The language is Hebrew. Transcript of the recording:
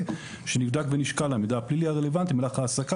שנבדק ונשקל המידע הפלילי הרלוונטי במהלך ההעסקה